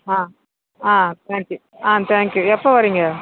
ஆ ஆ thank you ஆ thank you எப்போ வர்றீங்க